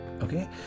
okay